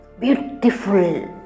beautiful